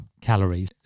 calories